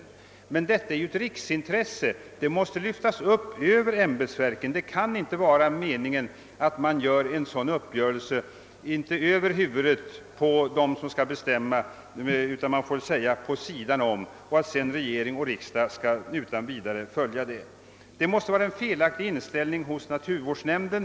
Denna fråga är en riks angelägenhet som måste lyftas upp över ämbetsverken. Det kan inte vara meningen att dessa båda verk träffar en överenskommelse, om inte över huvudet på så dock vid sidan om de beslutande instanserna — regering och riksdag — som sedan utan vidare har att följa denna överenskommelse. Detta tyder på en felaktig inställning hos naturvårdsnämnden.